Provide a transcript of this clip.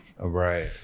Right